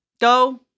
go